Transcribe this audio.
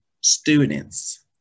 students